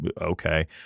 Okay